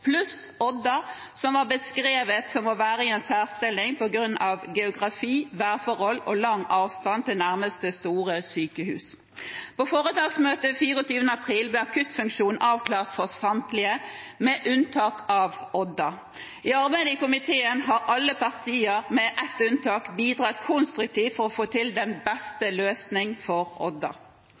pluss Odda, som var beskrevet som å være i en særstilling på grunn av geografi, værforhold og lang avstand til nærmeste store sykehus. På foretaksmøtet 24. april ble akuttfunksjonen avklart for samtlige, med unntak av Odda. I arbeidet i komiteen har alle partier, med ett unntak, bidratt konstruktivt for å få til den beste løsningen for Odda.